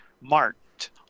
marked